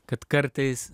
kad kartais